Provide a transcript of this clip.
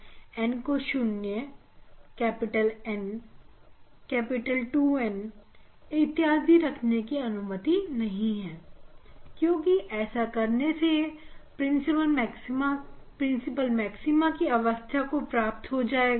हमें n को 0 N 2N इत्यादि रखने की अनुमति भी नहीं है क्योंकि ऐसा करने से यह प्रिंसिपल मैक्सिमा की अवस्था को प्राप्त हो जाएगा